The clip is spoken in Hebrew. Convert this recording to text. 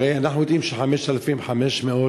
הרי אנחנו יודעים שהולכים לפטר 5,500,